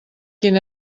quin